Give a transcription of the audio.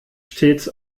stets